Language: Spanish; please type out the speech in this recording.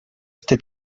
este